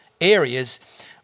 areas